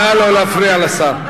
נא לא להפריע לשר.